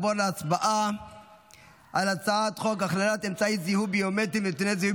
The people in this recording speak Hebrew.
נעבור להצבעה על הצעת חוק הכללת אמצעי זיהוי ביומטריים